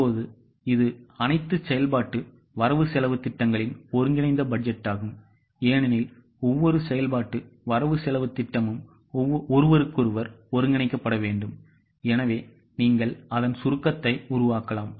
இப்போது இது அனைத்து செயல்பாட்டு வரவு செலவுத் திட்டங்களின் ஒருங்கிணைந்த பட்ஜெட்டாகும் ஏனெனில் ஒவ்வொரு செயல்பாட்டு வரவு செலவுத் திட்டமும் ஒருவருக்கொருவர் ஒருங்கிணைக்கப்பட வேண்டும் எனவே நீங்கள் அதன் சுருக்கத்தை உருவாக்கலாம்